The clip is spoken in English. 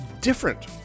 different